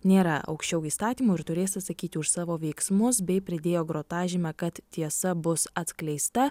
nėra aukščiau įstatymų ir turės atsakyti už savo veiksmus bei pridėjo grotažymę kad tiesa bus atskleista